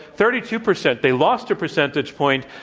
thirty two percent. they lost a percentage point.